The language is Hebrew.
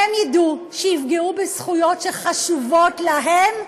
כשהם ידעו שיפגעו בזכויות שחשובות להם,